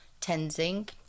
Tenzing